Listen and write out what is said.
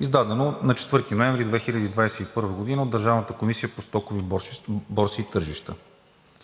издадено на 4 ноември 2021 г. от Държавната комисия по стоковите борси и тържища.